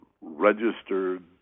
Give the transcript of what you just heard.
registered